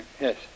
Yes